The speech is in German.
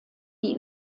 die